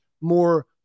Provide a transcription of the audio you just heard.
more